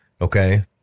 Okay